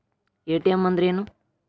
ATM ಅಂದ್ರ ಏನು?